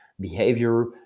behavior